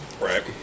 Right